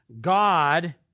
God